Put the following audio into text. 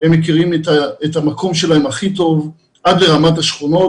הם מכירים את המקום שלהם הכי טוב עד לרמת השכונות.